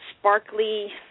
sparkly